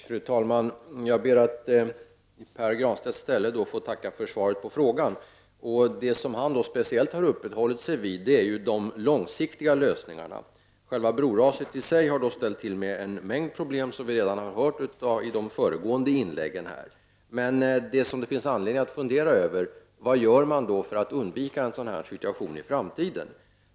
Fru talman! Jag ber att i Pär Granstedts ställe få tacka för svaret på frågan. Det Pär Granstedt speciellt har uppehållit sig vid är de långsiktiga lösningarna. Själva broraset har i sig ställt till med en mängd problem, som vi redan hört i de föregående inläggen. Det som det finns anledning att fundera över är: Vad kan vi göra för att undvika en sådan här situation i framtiden?